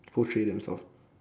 portray themself